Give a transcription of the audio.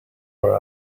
her